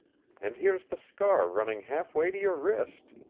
and here's the scar running half way to your wrist.